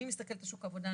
אני מסתכלת על שוק העבודה,